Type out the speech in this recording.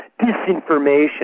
disinformation